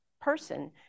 person